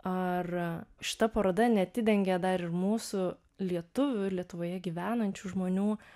ar šita paroda neatidengė dar ir mūsų lietuvių lietuvoje gyvenančių žmonių